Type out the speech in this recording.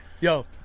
Yo